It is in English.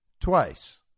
Twice